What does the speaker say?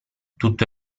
tutto